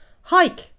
hike